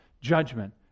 judgment